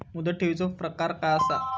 मुदत ठेवीचो प्रकार काय असा?